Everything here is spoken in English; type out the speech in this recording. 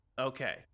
Okay